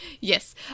Yes